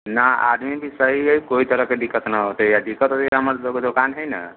नहि आदमी भी सही हइ कोइ तरहके दिक्कत नहि अयतै आ दिक्कत होइत हइ तऽ हमरसभके दोकान हइ ने